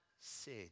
sin